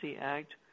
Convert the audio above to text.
Act